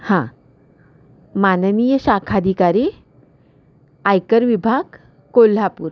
हां माननीय शाखाधिकारी आयकर विभाग कोल्हापूर